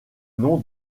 nom